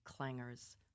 clangers